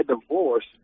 divorce